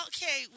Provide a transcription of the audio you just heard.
Okay